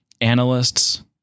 analysts